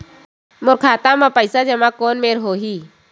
मोर खाता मा पईसा जमा कोन मेर होही?